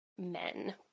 men